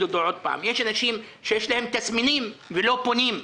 שוב: יש אנשים שיש להם תסמינים ולא פונים.